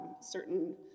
certain